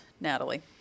Natalie